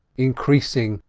increasing,